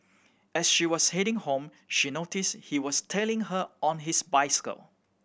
as she was heading home she noticed he was tailing her on his bicycle